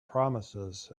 promises